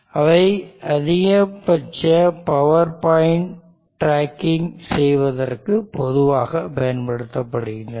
அவை அதிகபட்ச power point tracking செய்வதற்கு பொதுவாகப் பயன்படுத்தப்படுகின்றன